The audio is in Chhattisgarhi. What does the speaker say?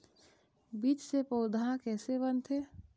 बीज से पौधा कैसे बनथे?